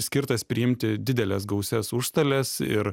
skirtas priimti dideles gausias užstales ir